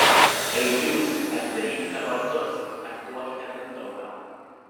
ei jūs atidarykite vartus atiduokite mindaugą